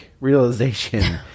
realization